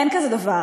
אין כזה דבר.